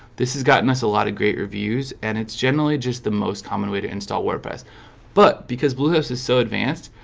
this has gotten us a lot of great reviews and it's generally just the most common way to install wordpress but because blue house is so advanced.